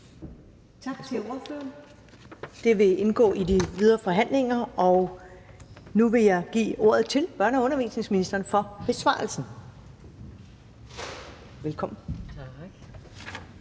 Tak til ordføreren. Det vil indgå i de videre forhandlinger. Og nu vil jeg give ordet til børne- og undervisningsministeren for besvarelsen. Velkommen.